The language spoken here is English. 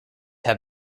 have